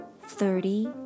Thirty